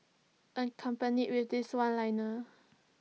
accompanied with this one liner